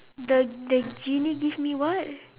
the the genie give me what